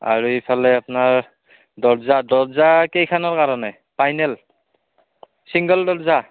আৰু ইফালে আপোনাৰ দৰ্জা দৰ্জা কেইখনৰ কাৰণে পাইনেল ছিংগল দৰ্জা